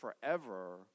forever